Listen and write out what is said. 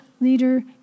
leader